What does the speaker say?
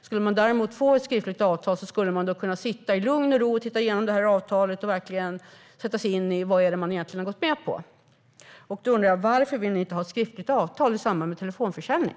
Skulle man däremot få ett skriftligt avtal skulle man i lugn och ro kunna sitta och titta igenom det och sätta sig in i vad man har gått med på. Då undrar jag: Varför vill ni inte ha ett skriftligt avtal i samband med telefonförsäljning?